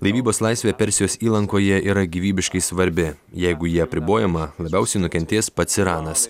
laivybos laisvė persijos įlankoje yra gyvybiškai svarbi jeigu ji apribojama labiausiai nukentės pats iranas